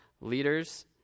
leaders